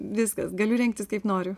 viskas galiu rengtis kaip noriu